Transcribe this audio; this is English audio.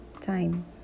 time